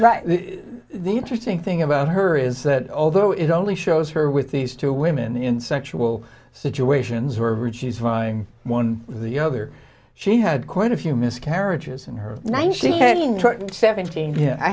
right the interesting thing about her is that although it only shows her with these two women in sexual situations where richie is vying one the other she had quite a few miscarriages in her nine she had seventeen i